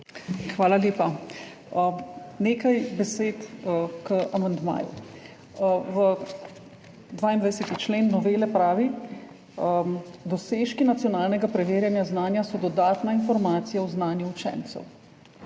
Hvala lepa. Nekaj besed k amandmaju. 22. člen novele pravi: »Dosežki nacionalnega preverjanja znanja so dodatna informacija o znanju učencev.«